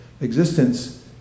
existence